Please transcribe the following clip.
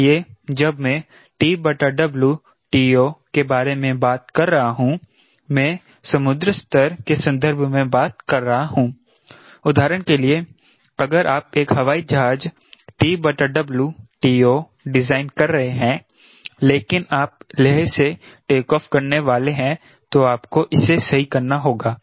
इसलिए जब मैं TO के बारे में बात कर रहा हूँ मैं समुद्र स्तर के संदर्भ में बात कर रहा हूं उदाहरण के लिए अगर आप एक हवाई जहाज TO डिजाइन कर रहे हैं लेकिन आप लेह से टेकऑफ़ करने वाले हैं तो आपको इसे सही करना होगा